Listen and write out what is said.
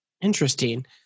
Interesting